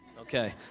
Okay